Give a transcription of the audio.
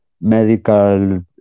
medical